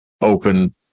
open